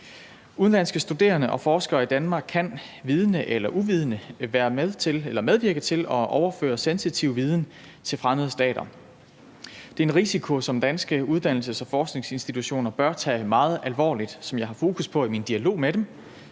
Udenlandske studerende og forskere i Danmark kan vidende eller uvidende medvirke til at overføre sensitiv viden til fremmede stater. Det er en risiko, som danske uddannelses- og forskningsinstitutioner bør tage meget alvorligt. Det er noget, jeg har fokus på i min dialog med dem,